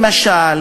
למשל,